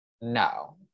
No